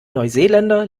neuseeländer